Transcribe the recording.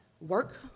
work